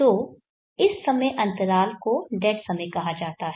तो इस समय अंतराल को डेड समय कहा जाता है